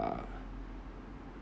uh